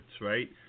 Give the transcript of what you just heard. right